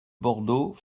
bordeaux